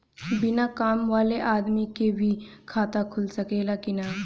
बिना काम वाले आदमी के भी खाता खुल सकेला की ना?